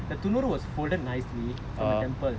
the துணுறு:tunuru was folded nicely from the temple